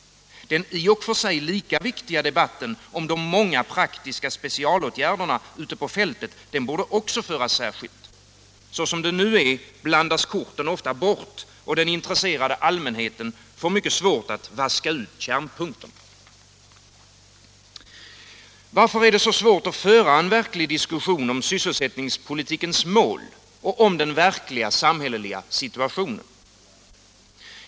Den i och för sig lika viktiga debatten om de många praktiska specialåtgärderna ute på fältet borde också föras särskilt. Såsom det nu är blandas korten ofta bort, och den intresserade allmänheten får mycket svårt att vaska ut kärnpunkterna. Varför är det så svårt att föra en verklig diskussion om sysselsättningspolitikens mål och om den verkliga samhälleliga situationen?